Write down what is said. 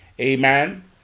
amen